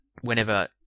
whenever